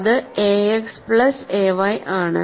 അത് a x plus a y ആണ്